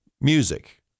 music